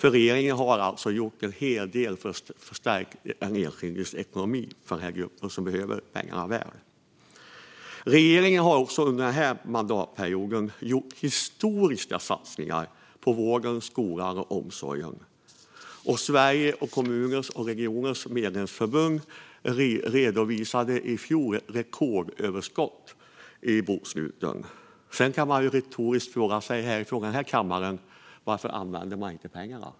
Regeringen har alltså gjort en hel del för att förstärka den enskildes ekonomi i den här gruppen, som behöver pengarna väl. Regeringen har under den här mandatperioden också gjort historiska satsningar på vården, skolan och omsorgen. Sveriges Kommuner och Regioner redovisade i fjol rekordöverskott i boksluten. Sedan kan vi retoriskt fråga oss här i kammaren varför man inte använder pengarna.